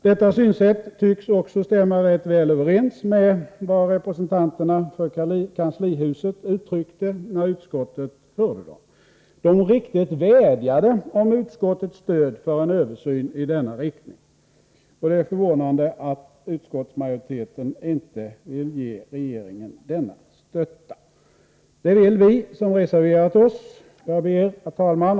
Detta synsätt tycks också stämma rätt väl överens med vad representanterna för kanslihuset uttryckte när utskottet hörde dem. De riktigt vädjade om utskottets stöd för en översyn i denna riktning. Det är förvånande att utskottsmajoriteten inte vill ge regeringen denna stötta. Det vill vi som har reserverat oss göra. Herr talman!